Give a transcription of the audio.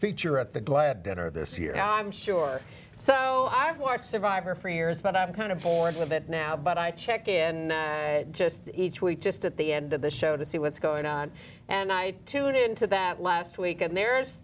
feature at the glad dinner this year i'm sure so i've watched survivor for years but i'm kind of bored with it now but i check in just each week just at the end of the show to see what's going on and i tune into that last week and there's